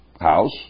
house